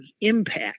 impact